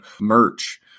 merch